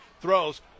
throws